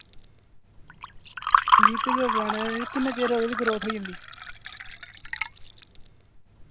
बीह् बीह् रपेऽ दा प्लांट ऐ किन्ने चिर ओह्दी ग्रोथ होई जंदी